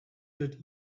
wird